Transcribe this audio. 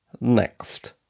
Next